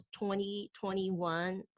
2021